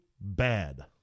bad